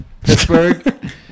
Pittsburgh